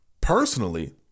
Personally